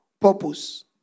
purpose